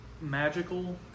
magical